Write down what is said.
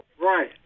Right